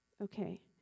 Okay